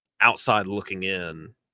outside-looking-in